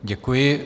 Děkuji.